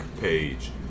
page